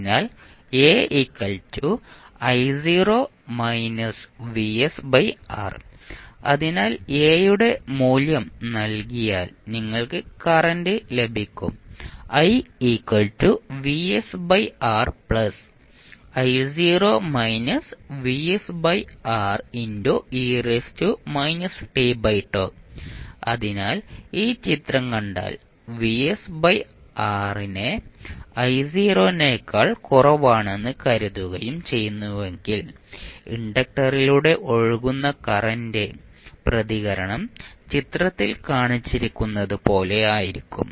അതിനാൽ അതിനാൽ A യുടെ മൂല്യം നൽകിയാൽ നിങ്ങൾക്ക് കറന്റ് ലഭിക്കും അതിനാൽ ഈ ചിത്രം കണ്ടാൽ യെ യേക്കാൾ കുറവാണെന്ന് കരുതുകയും ചെയ്യുന്നുവെങ്കിൽ ഇൻഡക്റ്ററിലൂടെ ഒഴുകുന്ന കറന്റ് പ്രതികരണം ചിത്രത്തിൽ കാണിച്ചിരിക്കുന്നതുപോലെ ആയിരിക്കും